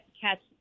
catch